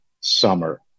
summer